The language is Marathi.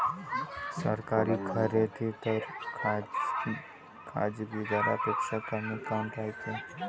सरकारी खरेदी दर खाजगी दरापेक्षा कमी काऊन रायते?